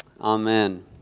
Amen